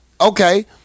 okay